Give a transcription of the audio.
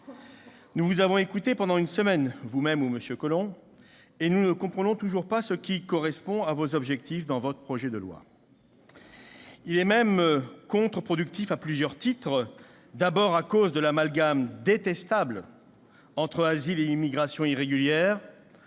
Nous vous avons écoutée pendant une semaine, vous-même ou M. Collomb, et nous ne comprenons toujours pas ce qui correspond à vos objectifs dans votre projet de loi. Ce texte est même contre-productif à plusieurs titres : d'abord, à cause de l'amalgame, détestable, entre asile et immigration irrégulière,